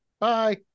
Bye